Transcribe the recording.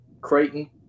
Creighton